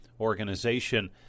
organization